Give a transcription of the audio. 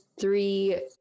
three